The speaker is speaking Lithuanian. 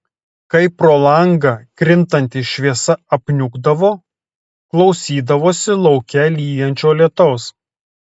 kai pro langą krintanti šviesa apniukdavo klausydavosi lauke lyjančio lietaus